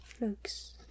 looks